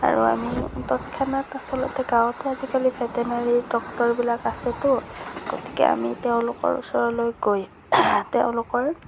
আৰু আমি তৎক্ষণাত আচলতে গাঁৱতো আজিকালি ভেটেনাৰী ডক্তৰবিলাক আছেতো গতিকে আমি তেওঁলোকৰ ওচৰলৈ গৈ তেওঁলোকৰ